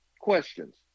questions